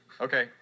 Okay